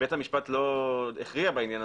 בית המשפט לא הכריע בעניין,